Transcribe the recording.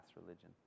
religion